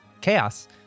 chaos